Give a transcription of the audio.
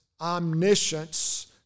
omniscience